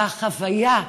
והחוויה,